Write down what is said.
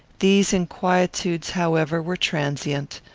these inquietudes, however, were transient.